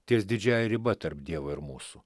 ties didžiąja riba tarp dievo ir mūsų